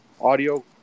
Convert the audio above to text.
audio